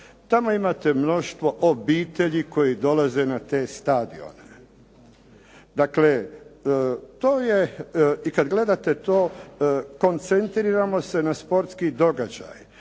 Tamo imate mnoštvo obitelji koji dolaze na te stadione. Dakle, to je i kada gledate to koncentriramo se na sportski događaj,